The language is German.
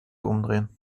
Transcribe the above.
umdrehen